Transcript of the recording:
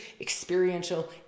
experiential